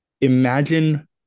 imagine